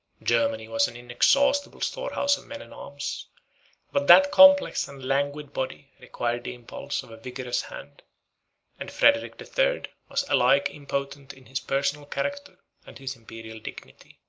germany was an inexhaustible storehouse of men and arms but that complex and languid body required the impulse of a vigorous hand and frederic the third was alike impotent in his personal character and his imperial dignity.